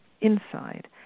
inside